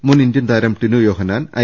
മുൻ ഇന്ത്യൻ താരം ടിനു യോഹന്നാൻ ഐ